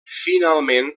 finalment